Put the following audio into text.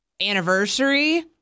anniversary